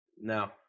No